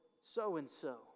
so-and-so